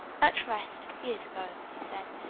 at rest, years ago, he said.